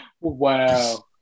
Wow